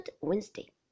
Wednesday